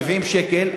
70 שקל,